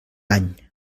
any